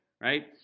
right